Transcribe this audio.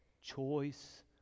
choice